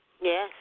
Yes